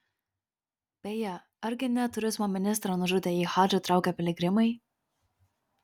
beje argi ne turizmo ministrą nužudė į hadžą traukę piligrimai